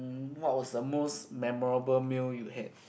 what was the most memorable meal you had